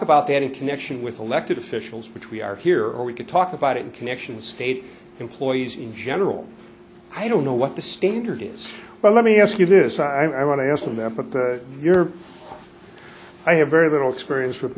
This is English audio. about that in connection with elected officials which we are here or we could talk about in connection state employees in general i don't know what the standard is well let me ask you this i want to ask them that your i have very little experience